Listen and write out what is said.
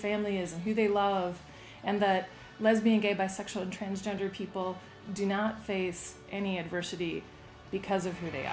family is who they love and that lesbian gay bisexual transgender people do not face any adversity because of who they